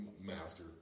master